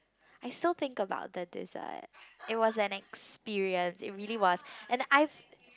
I still think about the dessert it was an experience it really was and I